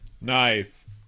nice